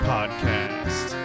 Podcast